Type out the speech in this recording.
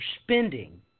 spending